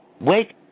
Wait